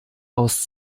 aus